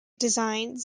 designs